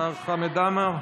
השר חמד עמאר?